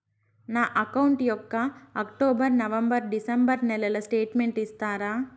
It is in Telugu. నా అకౌంట్ యొక్క అక్టోబర్, నవంబర్, డిసెంబరు నెలల స్టేట్మెంట్ ఇస్తారా?